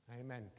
Amen